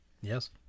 Yes